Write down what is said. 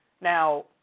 Now